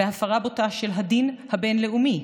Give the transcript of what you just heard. בהפרה בוטה של הדין הבין-לאומי.